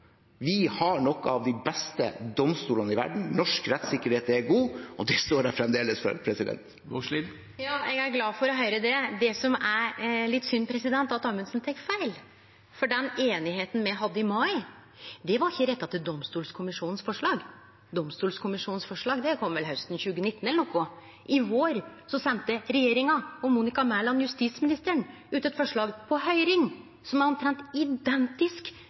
vi har noen av de beste domstolene i verden. Norsk rettssikkerhet er god, og det står jeg fremdeles for. Eg er glad for å høyre det. Det som er litt synd, er at Amundsen tek feil, for den einigheita vi hadde i mai, var ikkje retta til domstolkommisjonens forslag. Domstolkommisjonens forslag kom vel hausten 2019 eller noko slikt. I vår sende regjeringa og Monica Mæland, justisministeren, ut eit forslag – på høyring – som er omtrent identisk